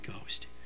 Ghost